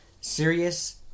Serious